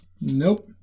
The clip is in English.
Nope